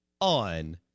on